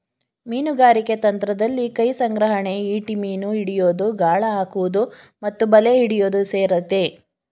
ಮೀನುಗಾರಿಕೆ ತಂತ್ರದಲ್ಲಿ ಕೈಸಂಗ್ರಹಣೆ ಈಟಿ ಮೀನು ಹಿಡಿಯೋದು ಗಾಳ ಹಾಕುವುದು ಮತ್ತು ಬಲೆ ಹಿಡಿಯೋದು ಸೇರಯ್ತೆ